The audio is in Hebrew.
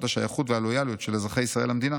השייכות והלויאליות של אזרחי ישראל למדינה.